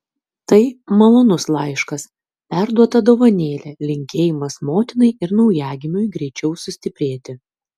tai malonus laiškas perduota dovanėlė linkėjimas motinai ir naujagimiui greičiau sustiprėti